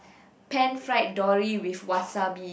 pan fried dory with wasabi